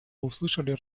услышали